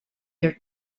their